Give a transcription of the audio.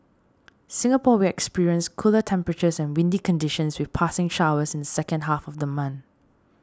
Singapore will experience cooler temperatures and windy conditions with passing showers in the second half of the month